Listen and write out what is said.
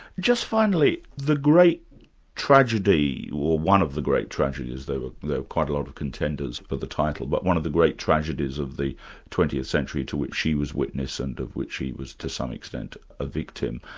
just finally, the great tragedy, or one of the great tragedies, there were quite a lot of contenders for the title, but one of the great tragedies of the twentieth century to which she was witness, and of which she was to some extent a victim,